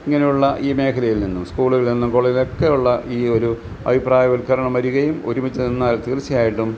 ഇങ്ങനെയുള്ള ഈ മേഖലയിൽ നിന്നും സ്കൂളുകളിൽ നിന്നും കോളേജുകളിൽ നിന്ന് ഒക്കെയുള്ള ഈ ഒരു അഭിപ്രായവൽക്കരണം വരികയും ഒരുമിച്ച് നിന്നാൽ തീർച്ചയായിട്ടും